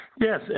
Yes